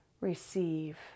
receive